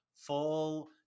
full